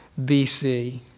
BC